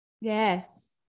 Yes